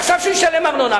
עכשיו שישלם ארנונה.